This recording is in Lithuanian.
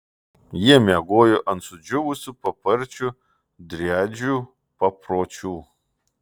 jie miegojo ant sudžiūvusių paparčių driadžių papročiu